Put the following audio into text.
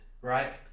right